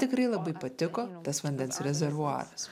tikrai labai patiko tas vandens rezervuaras